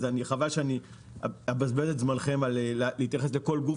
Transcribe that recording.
חבל שאבזבז את זמנכם להתייחס לכל גוף.